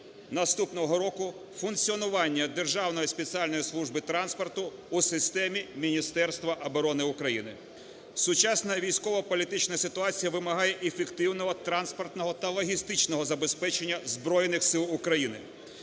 наступного року функціонування Державної спеціальної служби транспорту у системі Міністерства оборони України. Сучасна військова політична ситуація вимагає ефективного транспортного та логістичного забезпечення Збройних Сил України,